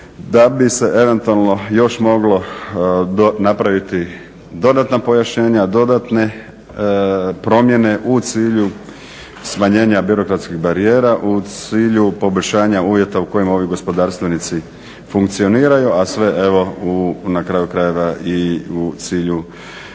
Da bi se eventualno još moglo napraviti dodatna pojašnjenja, dodatne promjene u cilju smanjenja birokratskih barijera, u cilju poboljšanja uvjeta u kojima ovi gospodarstvenici funkcioniraju a sve evo u, na kraju krajeva i u cilju